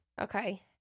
okay